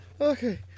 Okay